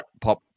pop